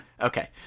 Okay